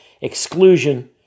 exclusion